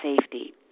safety